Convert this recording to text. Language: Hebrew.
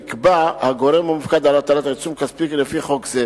נקבע הגורם המופקד על הטלת עיצום כספי לפי חוק זה: